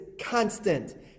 constant